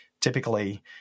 typically